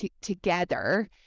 together